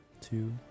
two